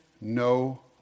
no